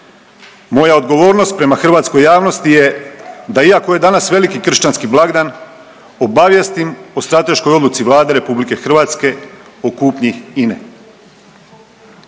Moja odgovornost prema hrvatskoj javnosti je, da iako je danas veliki kršćanski blagdan, obavijestim o strateškoj odluci Vlade RH o kupnji INA-e.